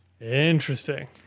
Interesting